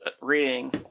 reading